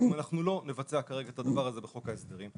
אם אנחנו לא נבצע כרגע את הדבר הזה בחוק ההסדרים,